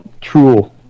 true